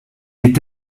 est